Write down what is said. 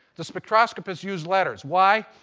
the spectroscopists use letters why?